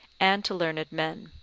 and to learned men.